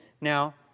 Now